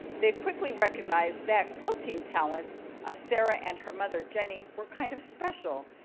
they quickly recognized that quilting talents of sarah and her mother, jenny were kind of special.